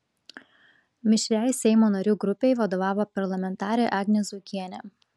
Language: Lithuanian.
mišriai seimo narių grupei vadovavo parlamentarė agnė zuokienė